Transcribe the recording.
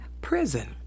prison